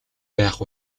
байх